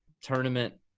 tournament